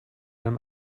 einem